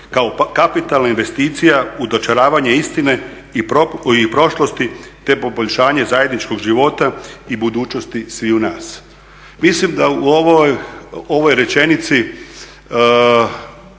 kao kapitalna investicija u dočaravanje istine i prošlosti te poboljšanje zajedničkog života i budućnosti sviju nas. Mislim da u ovoj rečenici